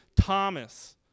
Thomas